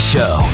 Show